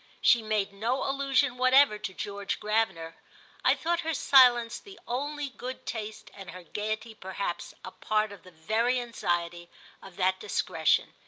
she made no allusion whatever to george gravener i thought her silence the only good taste and her gaiety perhaps a part of the very anxiety of that discretion,